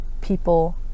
people